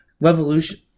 Revolution